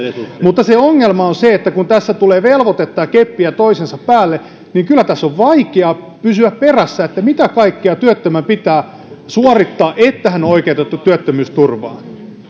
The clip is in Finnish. mutta se ongelma on se että kun tässä tulee velvoitetta ja keppiä toisensa päälle niin kyllä tässä on vaikea pysyä perässä mitä kaikkea työttömän pitää suorittaa että hän on oikeutettu työttömyysturvaan